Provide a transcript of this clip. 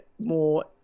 more